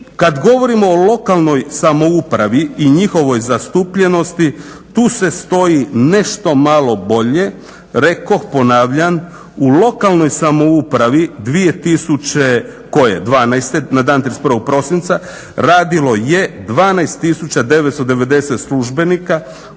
Kad govorimo o lokalnoj samoupravi i njihovoj zastupljenosti tu se stoji nešto malo bolje rekoh, ponavljam u lokalnoj samoupravi 2012.na dan 31.prosinca radilo je 12 tisuća 990 službenika, u